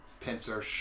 pincer